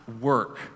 work